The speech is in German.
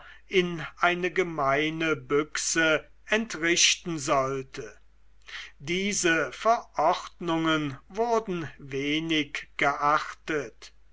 in die gemeine büchse entrichten sollte diese verordnungen wurden wenig geachtet